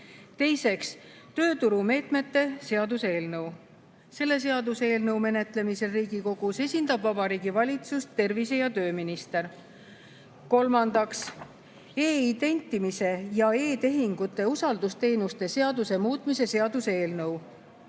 Teiseks, tööturumeetmete seaduse eelnõu. Selle seaduseelnõu menetlemisel Riigikogus esindab Vabariigi Valitsust tervise‑ ja tööminister. Kolmandaks, e-identimise ja e-tehingute usaldusteenuste seaduse muutmise seaduse eelnõu.